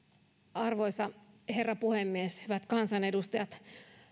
arvoisa herra puhemies hyvät kansanedustajat